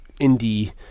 indie